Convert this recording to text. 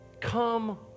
come